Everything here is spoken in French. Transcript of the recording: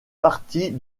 partie